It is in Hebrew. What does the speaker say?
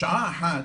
השערה אחת,